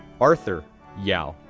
arthur yao,